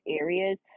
areas